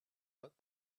but